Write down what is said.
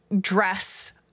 dress